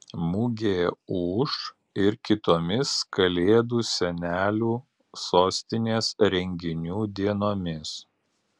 mugė ūš ir kitomis kalėdų senelių sostinės renginių dienomis